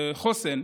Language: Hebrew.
בחוסן,